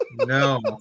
No